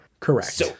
Correct